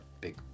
big